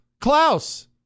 Klaus